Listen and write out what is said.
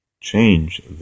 change